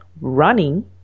running